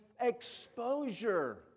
exposure